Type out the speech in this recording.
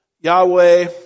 Yahweh